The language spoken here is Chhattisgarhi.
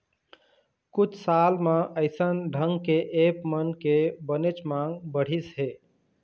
कुछ साल म अइसन ढंग के ऐप मन के बनेच मांग बढ़िस हे